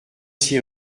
six